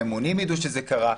הממונים שזה קרה.